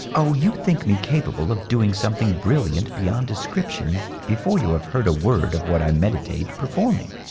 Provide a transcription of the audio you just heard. oh, you think me capable of doing something brilliant beyond description before you have heard a word of what i meditate perform ing.